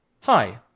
Hi